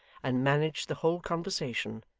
and managed the whole conversation,